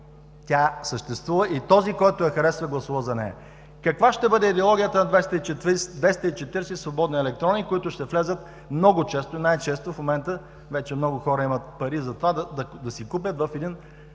тя съществува и този, който я харесва, гласува за нея. Каква ще бъде идеологията на 240 свободни елекрони, които ще влязат много често, и най-често в момента вече много хора имат пари за това – да си купят вота